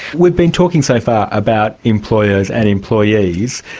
we've been talking so far about employers and employees,